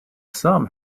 some